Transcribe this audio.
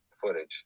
footage